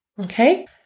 Okay